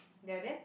there then